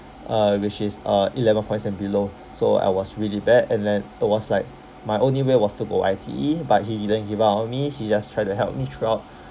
uh which is uh eleven points and below so I was really bad and then it was like my only way was to go I_T_E but he didn't give up on me he just tried to help me throughout